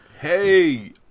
Hey